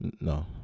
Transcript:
No